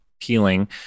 healing